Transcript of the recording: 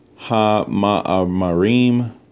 HaMa'amarim